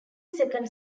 second